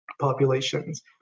populations